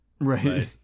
Right